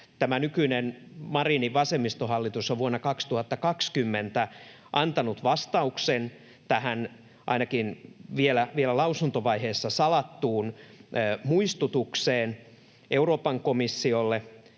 tämä nykyinen Marinin vasemmistohallitus on vuonna 2020 antanut vastauksen tähän ainakin vielä lausuntovaiheessa salattuun muistutukseen Euroopan komissiolle